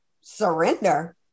Surrender